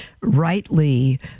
rightly